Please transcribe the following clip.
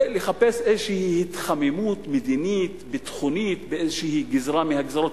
לחפש איזושהי התחממות מדינית ביטחונית באיזושהי גזרה מהגזרות,